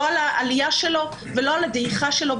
לא על העלייה שלו ולא על הדעיכה שלו,